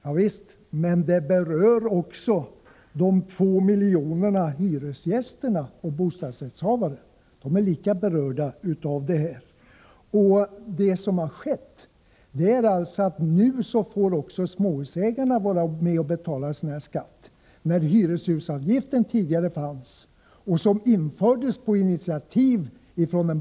Ja visst, men det berör också de 2 miljoner människor som är hyresgäster och bostadsrättshavare — de är lika berörda. Vad som skett är alltså att nu får också småhusägarna vara med och betala en sådan här skatt. Tidigare fanns hyreshusavgiften.